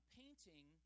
painting